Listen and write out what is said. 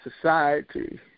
society